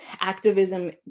activism